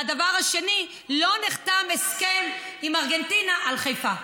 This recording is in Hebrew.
והדבר השני, לא נחתם הסכם עם ארגנטינה על חיפה.